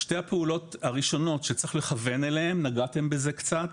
שתי הפעולות הראשונות שצריך לכוון אליהן ואתם נגעתם בזה קצת,